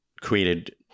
created